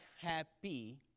Happy